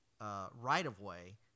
right-of-way—